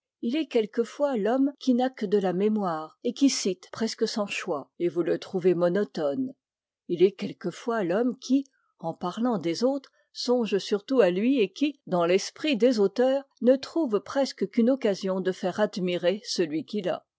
il est quelquefois l'homme qui n'a que de la mémoire et qui cite presque sans choix et vous le trouvez monotone il est quelquefois l'homme qui en parlant des autres songe surtout à lui et qui dans l'esprit des auteurs ne trouve presque qu'une occasion de faire admirer celui qu'il a